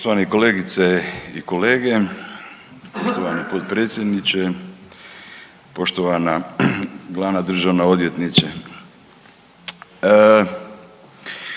Poštovane kolegice i kolege, poštovani potpredsjedniče, poštovana glavna državna odvjetnice.